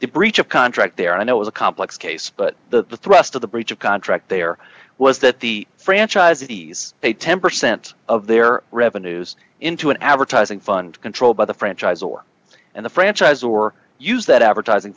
the breach of contract there and it was a complex case but the thrust of the breach of contract there was that the franchisees pay ten percent of their revenues into an advertising fund controlled by the franchise or in the franchise or use that advertising